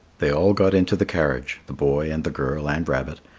they all got into the carriage, the boy and the girl and rabbit,